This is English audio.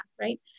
right